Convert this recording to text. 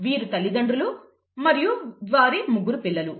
వీరు తల్లిదండ్రులు మరియు వారి ముగ్గురు పిల్లలు